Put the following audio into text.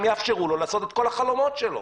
יאפשרו לו להגשים את כל החלומות שלו.